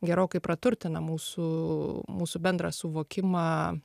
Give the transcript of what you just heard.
gerokai praturtina mūsų mūsų bendrą suvokimą